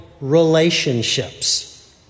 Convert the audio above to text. relationships